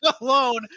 alone